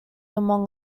among